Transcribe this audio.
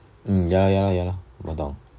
mm ya ya ya lah 我懂